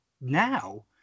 now